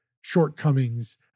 shortcomings